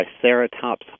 triceratops